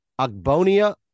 Agbonia